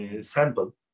sample